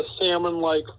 salmon-like